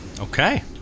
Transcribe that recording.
Okay